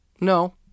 No